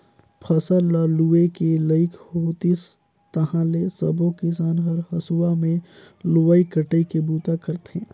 फसल ल लूए के लइक होतिस ताहाँले सबो किसान हर हंसुआ में लुवई कटई के बूता करथे